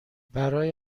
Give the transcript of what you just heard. برای